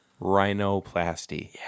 rhinoplasty